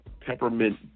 peppermint